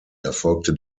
erfolgte